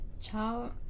Ciao